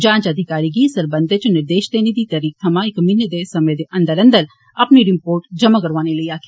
जांच अधिकारी गी इस सरबंधै च निर्देश देने दी तरीक थमां इक म्हीनें दे समें दे अंदर अंदर अपनी रिर्पोट जमां करौआनी होग